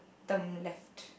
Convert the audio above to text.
turn left